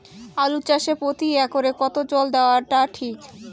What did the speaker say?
আলু চাষে প্রতি একরে কতো জল দেওয়া টা ঠিক?